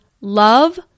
love